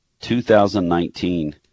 2019